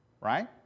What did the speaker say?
right